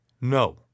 No